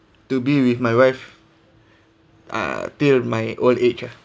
to be with my wife err till my old age ah